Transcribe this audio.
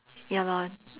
ya lor